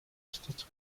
арчиж